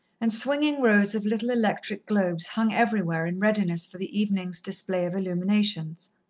and swinging rows of little electric globes hung everywhere, in readiness for the evening's display of illuminations.